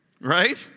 Right